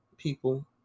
people